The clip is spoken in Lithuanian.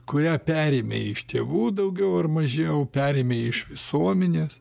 kurią perėmė iš tėvų daugiau ar mažiau perėmė iš visuomenės